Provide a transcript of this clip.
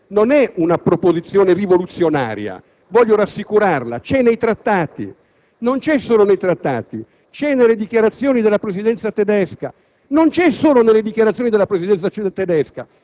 appartengono esclusivamente agli Stati membri. Non è una proposizione rivoluzionaria. Voglio rassicurarla, c'è nei Trattati; non solo, c'è nelle dichiarazioni della Presidenza tedesca;